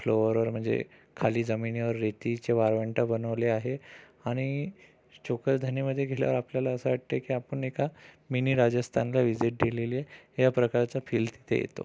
फ्लोअरवर म्हणजे खाली जमिनीवर रेतीचे वाळवंट बनवले आहे आणि चोकलधानीमध्ये गेल्यावर आपल्याला असं वाटते की आपण एका मिनी राजस्थानला विजिट दिलेली आहे या प्रकारचा फील तिथे येतो